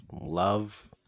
love